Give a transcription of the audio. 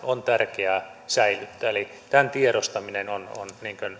on tärkeää säilyttää eli tämän tiedostaminen on on